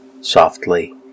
Softly